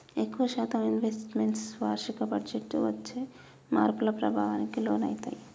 ఎక్కువ శాతం investments వార్షిక బడ్జెట్టు వచ్చే మార్పుల ప్రభావానికి లోనయితయ్యి